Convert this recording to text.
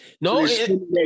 No